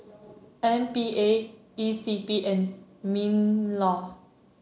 M P A E C P and Minlaw